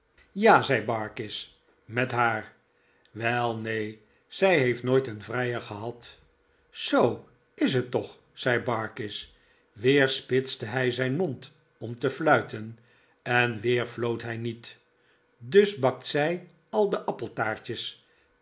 ja zei barkis met haar wel neen zij heeft nooit een vrijer gehad zoo is het toch zei barkis weer spitste hij zijn mond om te fluiten en weer floot hij niet dus bakt zij al de appeltaartjes